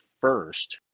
first